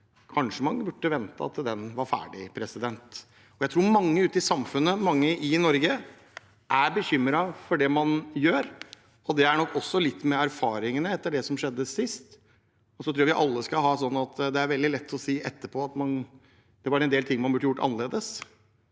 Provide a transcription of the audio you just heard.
Kanskje man burde ha ventet til den revisjonen var ferdig. Jeg tror mange ute i samfunnet, mange i Norge, er bekymret for det man gjør. Det har nok også litt å gjøre med erfaringene fra det som skjedde sist. Jeg tror vi alle skal si at det er veldig lett å si etterpå at det var en del ting man burde gjort annerledes,